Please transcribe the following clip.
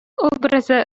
образы